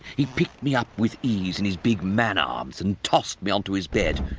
he picked me up with ease in his big man arms and tossed me onto his bed,